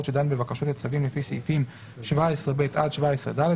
שדן בבקשות לצווים לפי סעיפים 17ב עד 17ד,